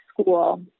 school